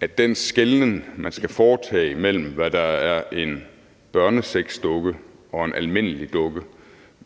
at den skelnen, man skal foretage mellem, hvad der er en børnesexdukke og en almindelig dukke,